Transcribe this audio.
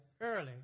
early